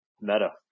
Meta